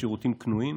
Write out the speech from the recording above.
בשירותים קנויים,